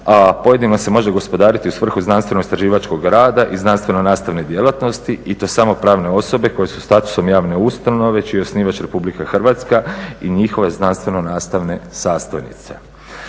pojedinima se može gospodariti u svrhu znanstveno-istraživačkog rada i znanstveno-nastavne djelatnosti i to samo pravne osobe koje su statusom javne ustanove čiji je osnivač Republika Hrvatska i njihove znanstveno-nastavne sastojnice.